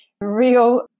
real